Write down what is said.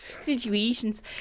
Situations